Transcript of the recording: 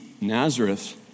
Nazareth